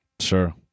Sure